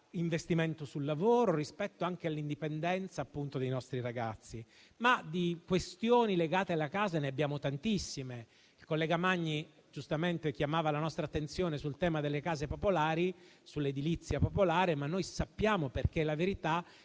all'investimento sul lavoro, rispetto anche all'indipendenza dei nostri ragazzi. Di questioni legate alla casa ne abbiamo tantissime. Il collega Magni giustamente richiamava la nostra attenzione sul tema delle case popolari e dell'edilizia popolare, ma sappiamo - perché è la verità